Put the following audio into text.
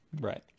Right